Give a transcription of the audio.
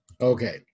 Okay